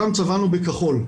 אותם צבענו בכחול.